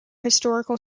historical